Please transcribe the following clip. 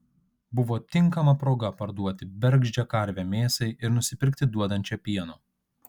buvo tinkama proga parduoti bergždžią karvę mėsai ir nusipirkti duodančią pieno